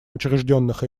учрежденных